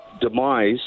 demise